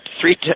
three